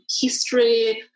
history